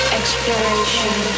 exploration